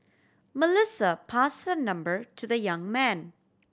Melissa passed her number to the young man